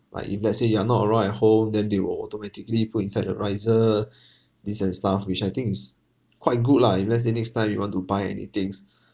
like if let's say you are not around at home then they will automatically put inside the riser this and stuff which I think is quite good lah if let's say next time you want to buy any things